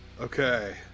Okay